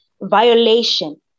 violation